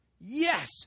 Yes